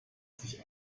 sich